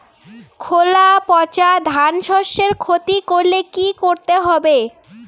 খোলা পচা ধানশস্যের ক্ষতি করলে কি করতে হবে?